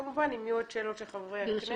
וכמובן, אם יהיו עוד שאלות של חברי הכנסת.